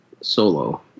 Solo